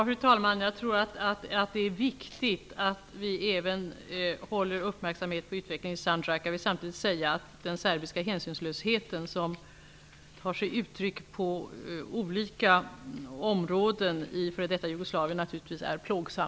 Fru talman! Jag tror att det är viktigt att vi även riktar uppmärksamhet på utvecklingen i Sandjak. Jag vill samtidigt säga att den serbiska hänsynslöshet som demonstreras på olika områden i f.d. Jugoslavien naturligtvis är plågsam.